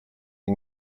или